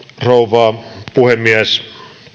rouva puhemies